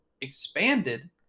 expanded